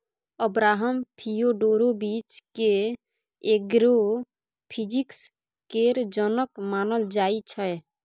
Abraham Fyodorovich केँ agro physics केर जनक मानल जाइ छै